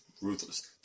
ruthless